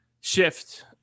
shift